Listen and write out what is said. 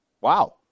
Wow